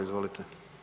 Izvolite.